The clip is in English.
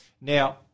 Now